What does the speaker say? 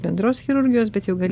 bendros chirurgijos bet jau gali